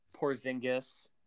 Porzingis